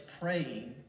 praying